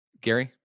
gary